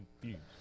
confused